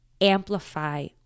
amplify